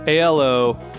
alo